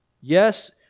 Yes